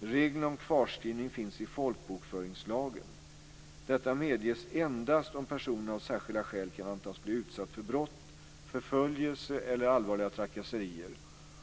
Reglerna om kvarskrivning finns i folkbokföringslagen. Detta medges endast om personen av särskilda skäl kan antas bli utsatt för brott, förföljelse eller allvarliga trakasserier